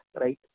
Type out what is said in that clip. right